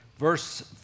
Verse